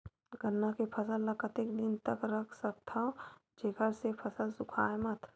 गन्ना के फसल ल कतेक दिन तक रख सकथव जेखर से फसल सूखाय मत?